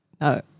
No